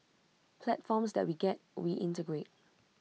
platforms that we get we integrate